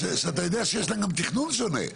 שאתה יודע שיש לה גם תכנון שונה.